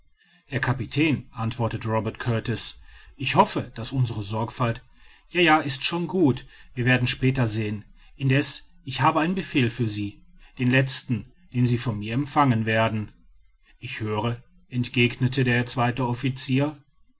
herr kapitän antwortet robert kurtis ich hoffe daß unsere sorgfalt ja ja ist schon gut wir werden später sehen indeß ich habe einen befehl für sie den letzten den sie von mir empfangen werden ich höre entgegnete der zweite officier